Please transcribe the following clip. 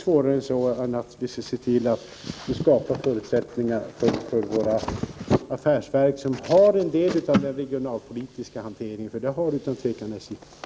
Vi skall se till att vi skapar förutsättningar för våra affärsverk, som har en del av den regionalpolitiska hanteringen — för det har SJ utan tvivel; det är inte svårare än så.